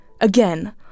Again